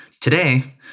today